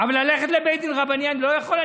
אבל ללכת לבית דין רבני אני לא יכול?